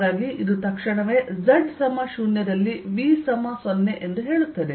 ಆದ್ದರಿಂದ ಇದು ತಕ್ಷಣವೇ z 0 ನಲ್ಲಿ V 0 ಎಂದು ಹೇಳುತ್ತದೆ